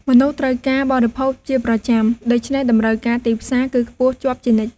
មនុស្សត្រូវការបរិភោគជាប្រចាំ ដូច្នេះតម្រូវការទីផ្សារគឺខ្ពស់ជាប់ជានិច្ច។